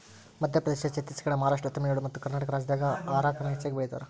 ಮಧ್ಯಪ್ರದೇಶ, ಛತ್ತೇಸಗಡ, ಮಹಾರಾಷ್ಟ್ರ, ತಮಿಳುನಾಡು ಮತ್ತಕರ್ನಾಟಕ ರಾಜ್ಯದಾಗ ಹಾರಕ ನ ಹೆಚ್ಚಗಿ ಬೆಳೇತಾರ